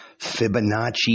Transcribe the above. Fibonacci